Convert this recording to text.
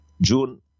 June